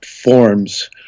forms